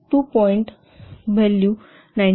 2 point value 2